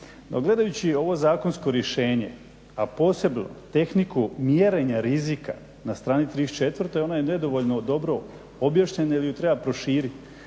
gledajući ovo zakonsko rješenje, a posebno tehniku mjerenja rizika na strani 34. ona je nedovoljno dobro objašnjena ili je treba proširiti,